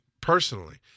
personally